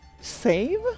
Save